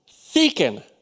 Seeking